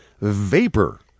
Vapor